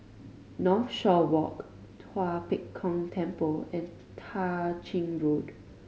Northshore Walk Tua Pek Kong Temple and Tah Ching Road